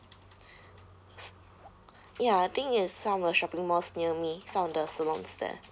s~ ya I think it's some of the shopping malls near me some of the salons there